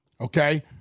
okay